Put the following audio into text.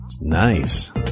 Nice